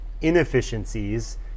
inefficiencies